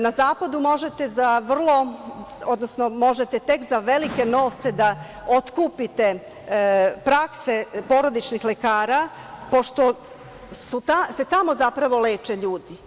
Na zapadu možete tek za velike novce da otkupite prakse porodičnih lekara, pošto se tamo, zapravo, leče ljudi.